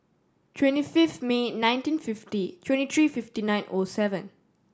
twenty fifth May nineteen fifty twenty three fifty nine O seven